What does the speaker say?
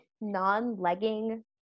non-legging